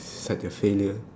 such a failure